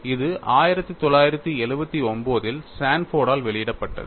இது 1979 இல் சான்ஃபோர்டால் வெளியிடப்பட்டது